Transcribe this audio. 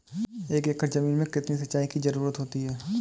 एक एकड़ ज़मीन में कितनी सिंचाई की ज़रुरत होती है?